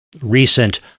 recent